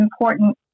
important